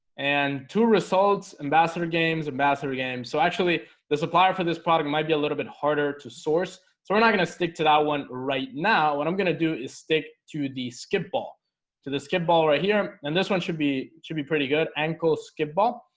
and two results ambassador games ambassador games so actually the supplier for this product might be a little bit harder to source so we're not gonna stick to that one right now what i'm gonna do is stick to the skip ball to the skip ball right here and this one should be should be pretty good. ankle. skip ball.